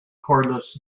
cordless